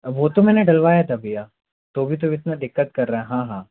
वो तो मैंने डलवाया था भैया तो भी तो इतना दिक्कत कर रहा हाँ हाँ